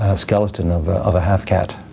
ah skeleton of ah of a half cat